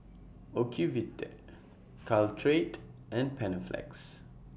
Ocuvite Caltrate and Panaflex